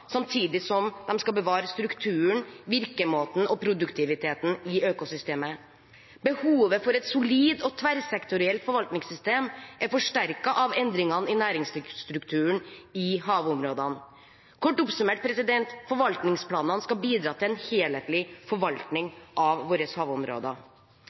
samtidig som de skal bevare strukturen, virkemåten og produktiviteten i økosystemet. Behovet for et solid og tverrsektorielt forvaltningssystem er forsterket av endringene i næringsstrukturen i havområdene. Kort oppsummert: Forvaltningsplanene skal bidra til en helhetlig